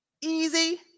Easy